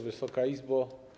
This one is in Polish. Wysoka Izbo!